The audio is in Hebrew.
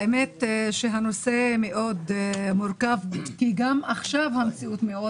האמת שהנושא מאוד מורכב כי גם עכשיו המציאות מאוד